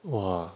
!wah!